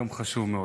יום חשוב מאוד.